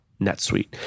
NetSuite